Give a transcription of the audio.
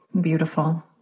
beautiful